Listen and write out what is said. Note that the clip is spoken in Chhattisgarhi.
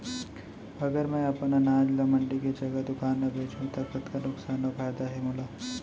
अगर मैं अपन अनाज ला मंडी के जगह दुकान म बेचहूँ त कतका नुकसान अऊ फायदा हे मोला?